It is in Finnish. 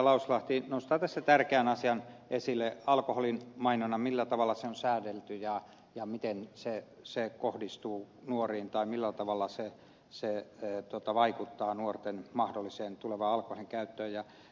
lauslahti nostaa tässä tärkeän asian esille alkoholin mainonnan millä tavalla se on säädelty ja miten se kohdistuu nuoriin tai millä tavalla se vaikuttaa nuorten mahdolliseen tulevaan alkoholin käyttöön